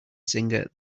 singer